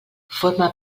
forma